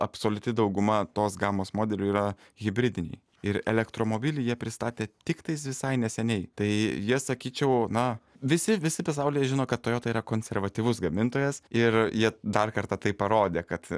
absoliuti dauguma tos gamos modelių yra hibridiniai ir elektromobilį jie pristatė tiktais visai neseniai tai jie sakyčiau na visi visi pasaulyje žino kad toyota yra konservatyvus gamintojas ir jie dar kartą tai parodė kad